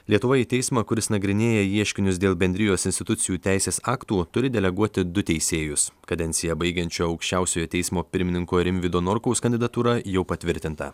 lietuva į teismą kuris nagrinėja ieškinius dėl bendrijos institucijų teisės aktų turi deleguoti du teisėjus kadenciją baigiančio aukščiausiojo teismo pirmininko rimvydo norkaus kandidatūra jau patvirtinta